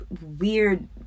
weird